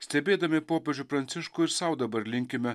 stebėdami popiežių pranciškų ir sau dabar linkime